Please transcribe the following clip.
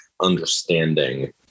understanding